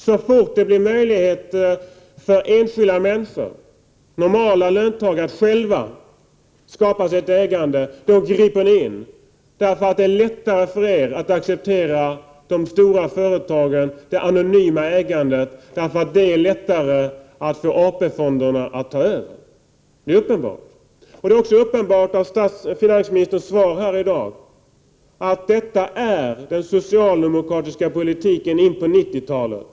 Så fort det ges möjligheter för enskilda människor, för normala löntagare, att själva skapa sig ett ägande griper regeringen in, eftersom det är lättare för regeringen att acceptera de stora företagen, det anonyma ägandet, eftersom det är lättare att få AP-fonderna att ta över, det är uppenbart. Med tanke på finansministerns svar i dag är det också uppenbart att detta är den socialdemokratiska politiken in på 90-talet.